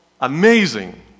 amazing